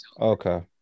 Okay